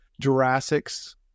Jurassic's